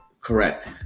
Correct